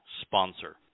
sponsor